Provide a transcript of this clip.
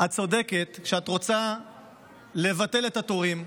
את צודקת בזה שאת רוצה לבטל את התורים,